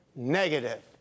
negative